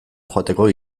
joateko